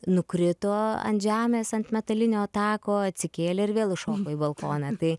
nukrito ant žemės ant metalinio tako atsikėlė ir vėl užšoko į balkoną tai